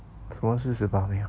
什么四十八秒